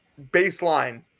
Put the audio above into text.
baseline